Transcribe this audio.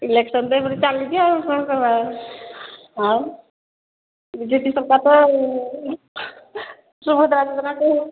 election ତ ଏପଟେ ଚାଲିଛି କ'ଣ କରିବା ଆଉ ବି ଜେ ପି ସରକାର ତ ଆଉ ସୁଭଦ୍ରା ଯୋଜନା ତ